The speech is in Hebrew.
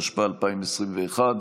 התשפ"א 2021,